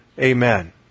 amen